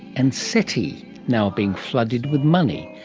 and seti now being flooded with money.